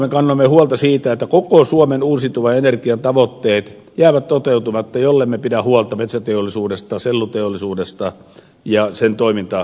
me kannoimme silloin huolta myös siitä että koko suomen uusiutuvan energian tavoitteet jäävät toteutumatta jollemme pidä huolta metsäteollisuudesta selluteollisuudesta ja sen toimintaedellytyksistä